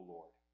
Lord